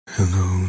Hello